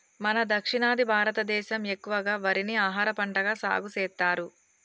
మన దక్షిణాది భారతదేసం ఎక్కువగా వరిని ఆహారపంటగా సాగుసెత్తారు